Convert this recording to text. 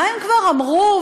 מה הם כבר אמרו?